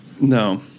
No